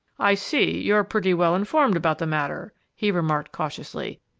i see you're pretty well informed about the matter, he remarked cautiously.